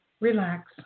Relax